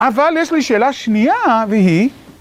אבל יש לי שאלה שנייה, והיא...